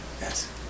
yes